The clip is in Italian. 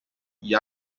gli